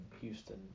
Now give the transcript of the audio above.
Houston